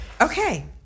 Okay